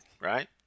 Right